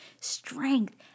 strength